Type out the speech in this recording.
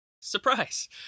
Surprise